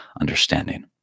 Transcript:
understanding